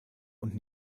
und